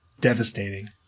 devastating